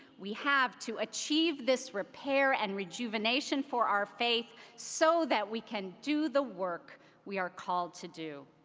we have to achieve this repair and rejuvenation for our faith so that we can do the work we are called to do.